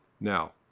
Now